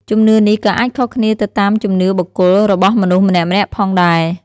ជំនឿនេះក៏អាចខុសគ្នាទៅតាម ជំនឿបុគ្គល របស់មនុស្សម្នាក់ៗផងដែរ។